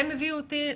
זה מביא אותי,